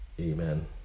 amen